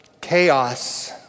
chaos